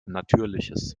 natürliches